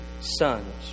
sons